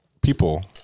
people